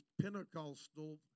Pentecostal